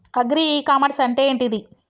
Agri e commerce అంటే ఏంటిది?